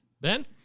Ben